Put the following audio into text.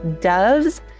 doves